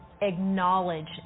Acknowledge